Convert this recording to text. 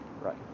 right